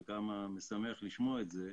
ומשמח לשמוע את זה,